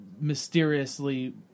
mysteriously